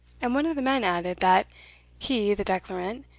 and one of the men added, that he, the declarant,